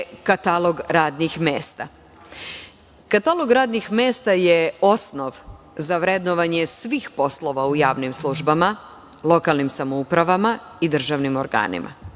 katalog radnih mesta. Katalog radnih mesta je osnov za vrednovanje svih poslova u javnim službama, lokalnim samouprava i državnim organima.